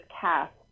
cast